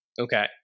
okay